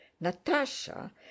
Natasha